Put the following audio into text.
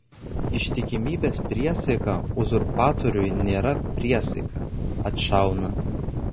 ištikimybės priesaika uzurpatoriui nėra priesaika atšauna